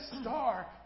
star